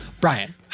Brian